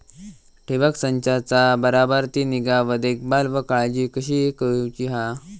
ठिबक संचाचा बराबर ती निगा व देखभाल व काळजी कशी घेऊची हा?